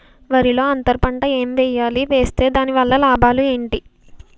వరిలో అంతర పంట ఎం వేయాలి? వేస్తే దాని వల్ల లాభాలు ఏంటి?